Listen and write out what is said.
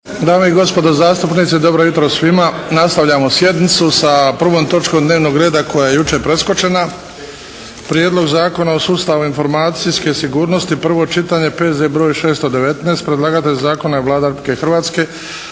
Dame i gospodo zastupnici, dobro jutro svima. Nastavljamo sjednicu sa 1. točkom dnevnog reda koja je jučer preskočena – 1. Prijedlog Zakona o sustavu informacijske sigurnosti, prvo čitanje P.Z. br. 619 Predlagatelj Zakona je Vlada Republike Hrvatske.